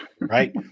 right